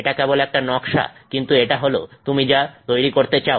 এটা কেবল একটা নকশা কিন্তু এটা হল তুমি যা তৈরি করতে চাও